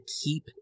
keep